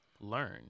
learn